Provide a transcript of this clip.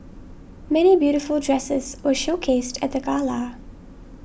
many beautiful dresses were showcased at the gala